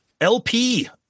LP